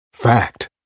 Fact